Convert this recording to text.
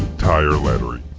tire lettering.